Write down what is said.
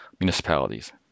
municipalities